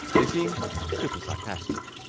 they seem super-sarcastic,